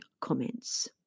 comments